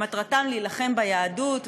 מטרתם להילחם ביהדות וכו'.